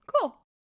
Cool